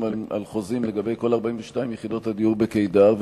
על חוזים לגבי כל 42 יחידות הדיור בקדר,